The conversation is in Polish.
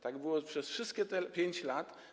Tak było przez wszystkie 5 lat.